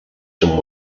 some